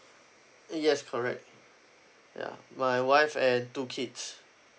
yes correct ya my wife and two kids